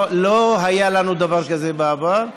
לא היה לנו דבר כזה בעבר,